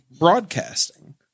broadcasting